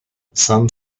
some